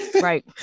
Right